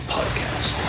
Podcast